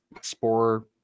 Spore